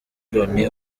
loni